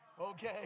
Okay